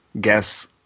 guess